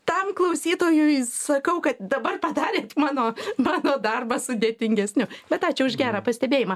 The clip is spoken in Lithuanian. tam klausytojui sakau kad dabar padarėt mano mano darbą sudėtingesniu bet ačiū už gerą pastebėjimą